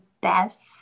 best